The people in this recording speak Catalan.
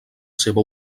seva